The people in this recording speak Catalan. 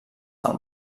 del